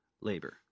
labor